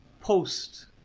post